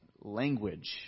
language